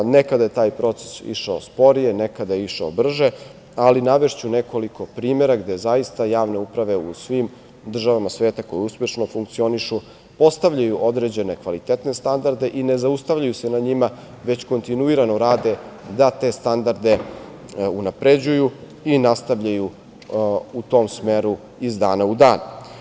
Nekada je taj proces išao sporije, nekada je išao brže, ali navešću nekoliko primera gde zaista javne uprave u svim državama sveta koje uspešno funkcionišu postavljaju određene kvalitetne standarde i ne zaustavljaju se na njima, već kontinuirano rade da te standarde unapređuju i nastavljaju u tom smeru iz dana u dan.